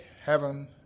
heaven